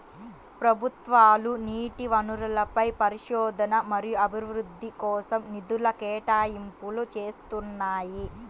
ప్రభుత్వాలు నీటి వనరులపై పరిశోధన మరియు అభివృద్ధి కోసం నిధుల కేటాయింపులు చేస్తున్నాయి